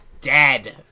dead